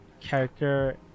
character